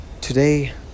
Today